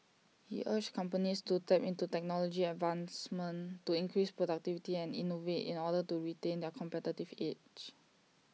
he urged companies to tap into technology advancements to increase productivity and innovate in order to retain their competitive age